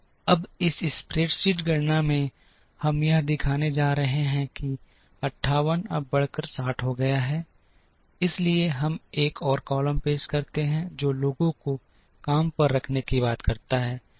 अब इस स्प्रेडशीट गणना में हम यह दिखाने जा रहे हैं कि यह 58 अब बढ़कर 60 हो गया है इसलिए हम एक और कॉलम पेश करते हैं जो लोगों को काम पर रखने की बात करता है